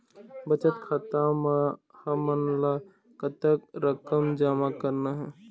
बचत खाता म हमन ला कतक रकम जमा करना हे?